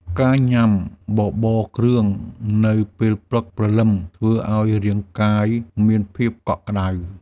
ការញ៉ាំបបរគ្រឿងនៅពេលព្រឹកព្រលឹម ធ្វើឱ្យរាងកាយមានភាពកក់ក្តៅ។